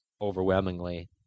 overwhelmingly